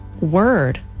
word